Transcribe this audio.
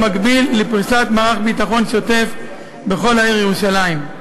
במקביל לפריסת מערך ביטחון שוטף בכל העיר ירושלים.